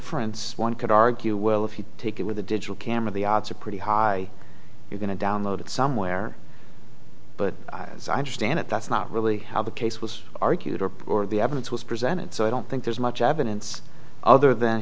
ence one could argue well if you take it with a digital camera the odds are pretty high you're going to download it somewhere but as i understand it that's not really how the case was argued or the evidence was presented so i don't think there's much evidence other th